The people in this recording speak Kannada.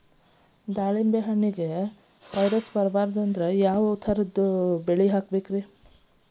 ದಾಳಿಂಬೆಗೆ ವೈರಸ್ ಬರದಂಗ ಯಾವ್ ಟೈಪ್ ಬಲಿ ಹಾಕಬೇಕ್ರಿ?